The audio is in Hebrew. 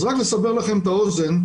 אז רק לסבר לכם את האוזן,